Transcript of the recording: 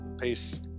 Peace